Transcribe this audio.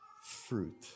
fruit